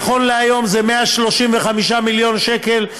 נכון להיום זה 135 מיליון שקל,